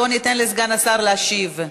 בואו ניתן לסגן השר להשיב.